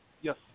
Yes